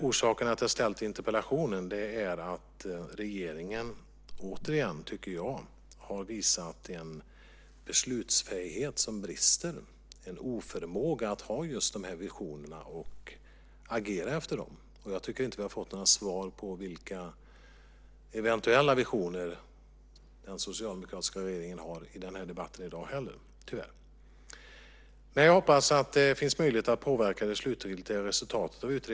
Orsaken till att jag har ställt interpellationen är att regeringen återigen har visat en bristande "beslutsfähighet", en oförmåga att ha just dessa visioner och agera efter dem. Jag tycker inte att vi har fått några svar på vilka eventuella visioner den socialdemokratiska regeringen har i den här debatten i dag heller. Tyvärr. Jag hoppas att det finns möjlighet att påverka det slutgiltiga resultatet av utredningen.